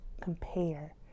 compare